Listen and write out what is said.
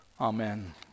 Amen